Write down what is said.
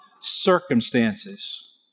circumstances